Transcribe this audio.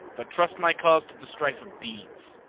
but trust my cause to the strife of deeds